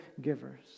givers